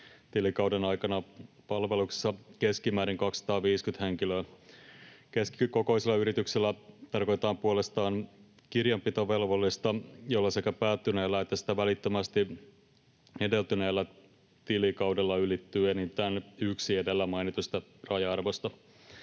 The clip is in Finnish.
tilikauden aikana palveluksessa keskimäärin 250 henkilöä. Keskikokoisella yrityksellä tarkoitetaan puolestaan kirjanpitovelvollista, jolla sekä päättyneellä että sitä välittömästi edeltäneellä tilikaudella ylittyy enintään yksi edellä mainituista raja-arvosta.